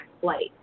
flight